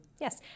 Yes